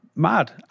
Mad